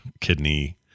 kidney